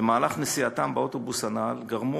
במהלך נסיעתם באוטובוס הנ"ל גרמו